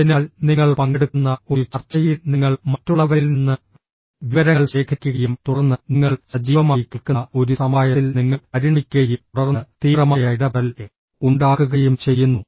അതിനാൽ നിങ്ങൾ പങ്കെടുക്കുന്ന ഒരു ചർച്ചയിൽ നിങ്ങൾ മറ്റുള്ളവരിൽ നിന്ന് വിവരങ്ങൾ ശേഖരിക്കുകയും തുടർന്ന് നിങ്ങൾ സജീവമായി കേൾക്കുന്ന ഒരു സമവായത്തിൽ നിങ്ങൾ പരിണമിക്കുകയും തുടർന്ന് തീവ്രമായ ഇടപെടൽ ഉണ്ടാകുകയും ചെയ്യുന്നു